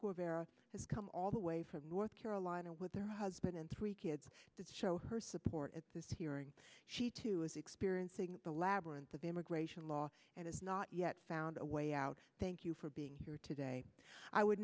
grove area has come all the way from north carolina with her husband and three kids to show her support at this hearing she too is experiencing the labyrinth of immigration law and has not yet found a way out thank you for being here today i would